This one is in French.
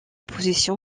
position